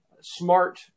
smart